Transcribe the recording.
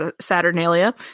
Saturnalia